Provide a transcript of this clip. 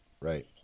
Right